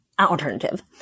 alternative